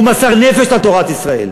והוא מסר נפש על תורת ישראל,